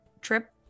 trip